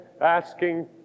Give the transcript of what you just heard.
asking